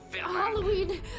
Halloween